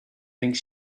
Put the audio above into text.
think